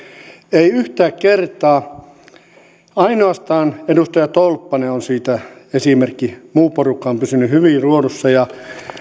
ei yhtään kertaa ainoastaan edustaja tolppanen on siitä esimerkki muu porukka on pysynyt hyvin ruodussa ja